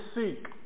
seek